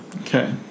Okay